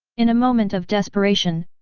in a moment of desperation,